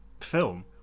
film